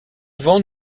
vent